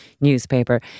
newspaper